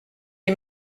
est